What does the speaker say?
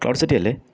അല്ലെ